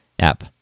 app